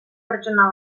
pertsona